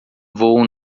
voam